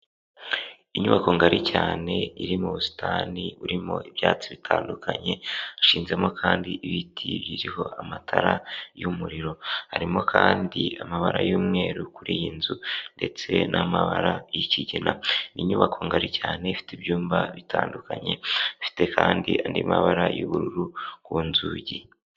Inyubako ngari cyane iri mu busitani burimo ibyatsi bitandukanye, hashizemo kandi ibiti biriho amatara y'umuriro. Harimo kandi amabara y'umweru kuri iyi nzu ndetse n'amabara y'ikigina. Ni inyubako ngari cyane ifite ibyumba bitandukanye, bifite kandi andi mabara y'ubururu ku nzugi.